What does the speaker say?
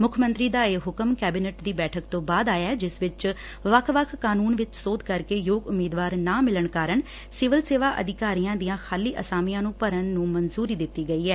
ਮੱਖ ਮੰਤਰੀ ਦਾ ਇਹ ਹੁਕਮ ਕੈਬਨਿਟ ਦੀ ਬੈਠਕ ਤੋਂ ਬਾਅਦ ਆਇਐ ਜਿਸ ਵਿਚ ਵੱਖ ਵੱਖ ਕਾਨੁੰਨ ਵਿਚ ਸੋਧ ਕਰਕੇ ਯੋਗ ਉਮੀਦਵਾਰ ਨਾ ਮਿਲਣ ਕਾਰਨ ਸਿਵਲ ਸੇਵਾ ਅਧਿਕਾਰੀਆਂ ਦੀਆਂ ਖਾਲੀ ਅਸਾਮੀਆਂ ਨੂੰ ਭਰਨ ਨੂੰ ਮਨਜੂਰੀ ਦਿੱਤੀ ਗਈ ਐ